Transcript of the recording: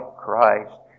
Christ